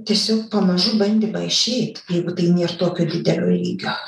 tiesiog pamažu bandymai išeit jeigu tai nėr tokio didelio lygio